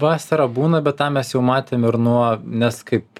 vasara būna bet tą mes jau matėme ir nuo nes kaip